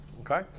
Okay